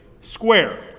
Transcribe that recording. square